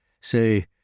Say